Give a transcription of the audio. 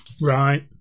Right